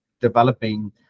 developing